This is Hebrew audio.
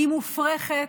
היא מופרכת,